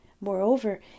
Moreover